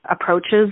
approaches